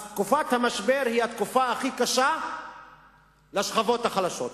אז תקופת המשבר היא התקופה הכי קשה לשכבות החלשות.